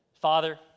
father